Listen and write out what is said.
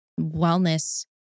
wellness